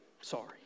Sorry